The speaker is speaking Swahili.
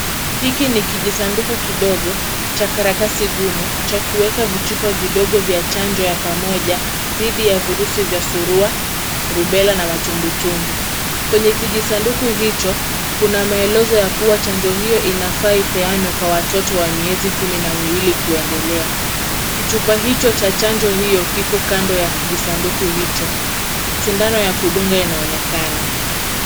Hiki ni kijisanduku kidogo cha karatasi ngumu, cha kuweka vichupa vidogo vya chanjo ya pamoja dhidi ya virusi vya surua, rubela na matumbwi tumbwi. Kwenye kijisanduku hicho, kuna maelezo ya kuwa chanjo hiyo inafaa ipeanwe kwa watoto wa miezi kumi na miwili kuendelea. Kichupa hicho cha dawa hiyo kiko kando ya kijisanduku hicho. Sindano ya kudunga inaonekana.